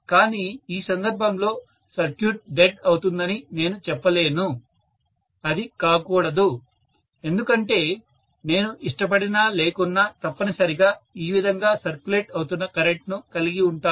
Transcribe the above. కాని ఈ సందర్భంలో సర్క్యూట్ డెడ్ అవుతుందని నేను చెప్పలేను అది కాకూడదు ఎందుకంటే నేను ఇష్టపడినా లేకున్నా తప్పనిసరిగా ఈ విధంగా సర్క్యులేట్ అవుతున్న కరెంట్ ను కలిగి ఉంటాను